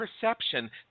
perception